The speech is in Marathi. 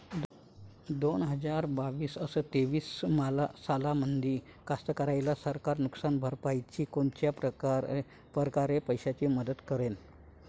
दोन हजार बावीस अस तेवीस सालामंदी कास्तकाराइले सरकार नुकसान भरपाईची कोनच्या परकारे पैशाची मदत करेन?